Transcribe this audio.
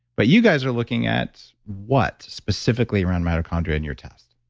but you guys are looking at what specifically around mitochondria in your test?